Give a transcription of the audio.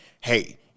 hey –